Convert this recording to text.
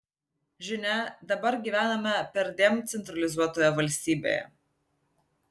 žinia dabar gyvename perdėm centralizuotoje valstybėje